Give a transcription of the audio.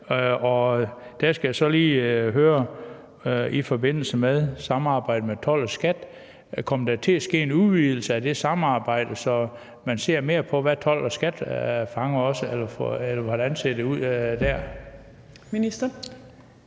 der skal jeg så lige høre i forbindelse med samarbejdet med skattemyndighederne: Kommer der til at ske en udvidelse af det samarbejde, så man ser mere på, hvem skattemyndighederne fanger, eller hvordan ser det ud der?